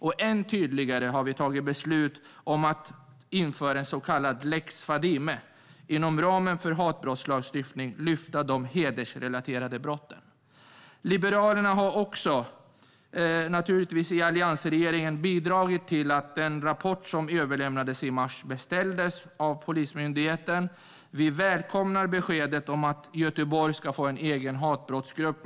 Ett ännu tydligare beslut vi har fattat är att införa en så kallad lex Fadime och lyfta fram de hedersrelaterade brotten inom ramen för hatbrottslagstiftningen. Liberalerna har också, naturligtvis i alliansregeringen, bidragit till att den rapport som överlämnades i mars beställdes av Polismyndigheten. Vi välkomnar beskedet att Göteborg ska få en egen hatbrottsgrupp.